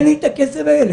ואין לי את הכסף הזה.